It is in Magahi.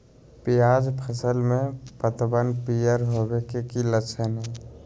प्याज फसल में पतबन पियर होवे के की लक्षण हय?